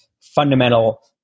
fundamental